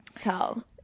tell